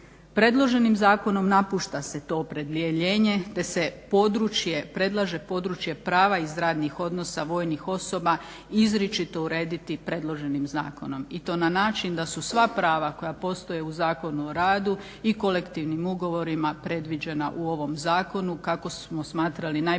Predloženim zakonom napušta se to opredjeljenje te se područje predlaže područje prava iz radnih odnosa vojnih osoba izričito urediti predloženim zakonom i to na način da su sva prava koja postoje u Zakonu o radu i kolektivnim ugovorima predviđena u ovome zakonu kako smo smatrali najprimjerenije